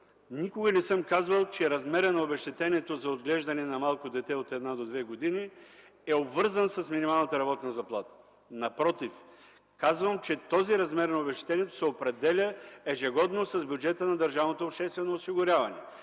никога не съм казвал, че размерът на обезщетението за отглеждане на малко дете от 1 до 2 години е обвързан с минималната работна заплата. Напротив, казвам, че този размер на обезщетението се определя ежегодно с Бюджета на Държавното обществено осигуряване.